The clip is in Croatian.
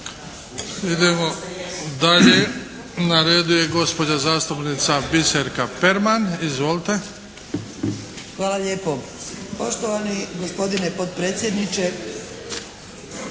Idemo dalje. Na redu je gospođa zastupnica Biserka Perman. Izvolite. **Perman, Biserka (SDP)** Hvala lijepo. Poštovani gospodine potpredsjedniče,